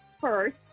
first